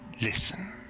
Listen